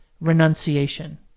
renunciation